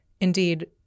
Indeed